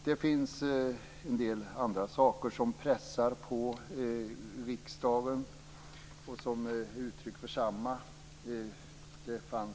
Det finns en del andra saker som pressar på riksdagen och som är uttryck för samma sak.